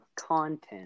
content